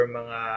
mga